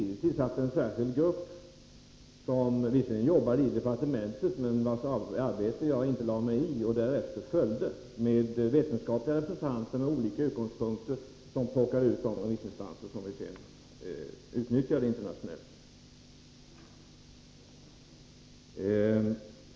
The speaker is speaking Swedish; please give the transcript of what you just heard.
Vi tillsatte en särskild grupp — som visserligen arbetade i departementet men vars arbete jag inte lade mig i — med vetenskapliga representanter med olika utgångspunkter som plockade ut de remissinstanser vi sedan utnyttjade internationellt.